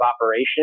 operation